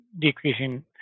decreasing